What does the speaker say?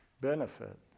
benefit